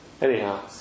Anyhow